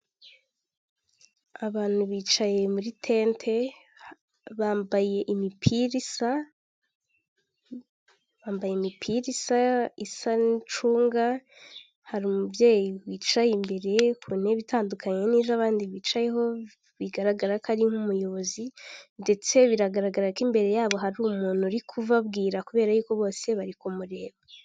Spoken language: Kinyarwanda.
Abantu bicaye muri tente bambaye imipira isa n'icunga, hari umubyeyi wicaye imbere ku ntebe itandukanye n'izo abandi bicayeho bigaragara ko ari nk'umuyobozi ndetse biragaragara ko imbere yabo hari umuntu uri kubabwira kubera yuko bose bari kumureba.